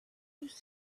need